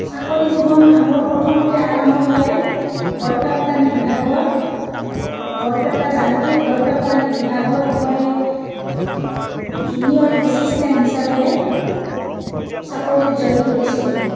চাকৰি জীৱন মোৰ প্ৰথমতে আৰম্ভ হয় গড়কাপ্তানি বিভাগত বৰপেটা যান্ত্ৰিক গড়কাপ্তানি বিভাগত মই জুনিয়ৰ এছিষ্টেণ্ট হিচাপে চাকৰিত জইন কৰিছিলোঁ